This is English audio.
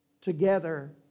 together